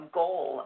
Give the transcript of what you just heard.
goal